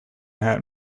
had